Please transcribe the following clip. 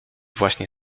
właśnie